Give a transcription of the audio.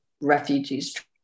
refugees